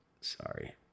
Sorry